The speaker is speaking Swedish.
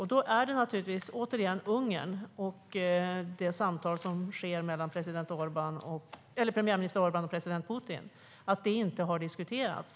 Det handlar naturligtvis återigen om Ungern och det samtal som sker mellan premiärminister Orban och president Putin och att det inte har diskuteras.